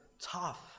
tough